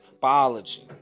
biology